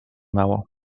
mało